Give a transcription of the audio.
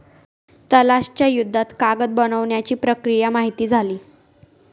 तलाश च्या युद्धात कागद बनवण्याची प्रक्रिया माहित झाली